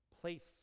Place